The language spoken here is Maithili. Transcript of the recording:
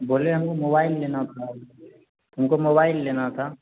बोले मोबाइल लेना था मोबाइल लेना था